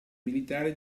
militare